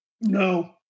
No